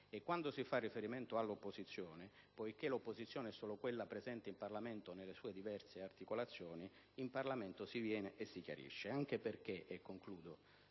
e quando si fa riferimento all'opposizione, poiché l'opposizione è solo quella presente in Parlamento nelle sue diverse articolazioni, è in Parlamento che si viene e si chiarisce. Del resto, signor